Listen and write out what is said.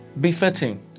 befitting